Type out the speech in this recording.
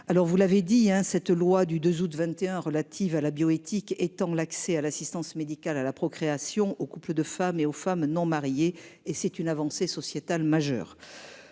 Alors vous l'avez dit, hein, cette loi du 2 août 21 relative à la bioéthique étant l'accès à l'assistance médicale à la procréation aux couples de femmes et aux femmes non mariées et c'est une avancée sociétale majeure.